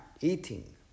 eating